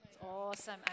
Awesome